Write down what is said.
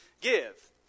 give